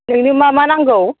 नोंनो मा मा नांगौ